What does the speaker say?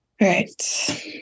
Right